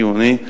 חיוני: